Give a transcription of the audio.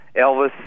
Elvis